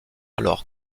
alors